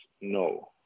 no